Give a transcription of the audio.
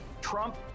trump